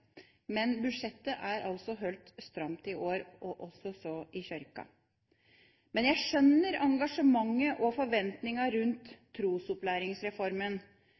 Men budsjettet er holdt stramt i år, også for Kirken. Jeg skjønner engasjementet og forventningene rundt Trosopplæringsreformen.